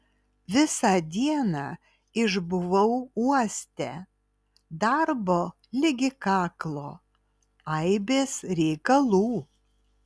visą dieną išbuvau uoste darbo ligi kaklo aibės reikalų